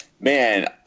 Man